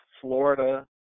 Florida